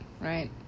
right